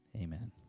amen